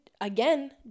again